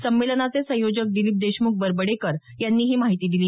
संमेलनाचे संयोजक दिलीप देशमुख बरबडेकर यांनी ही माहिती दिली